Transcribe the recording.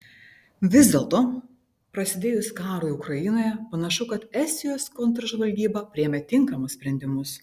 vis dėlto prasidėjus karui ukrainoje panašu kad estijos kontržvalgyba priėmė tinkamus sprendimus